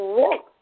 walk